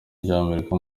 ry’amerika